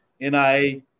NIA